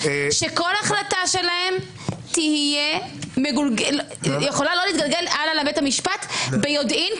שכל החלטה שלהם יכולה לא להתגלגל הלאה לבית המשפט ביודעין,